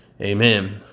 Amen